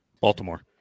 Baltimore